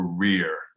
career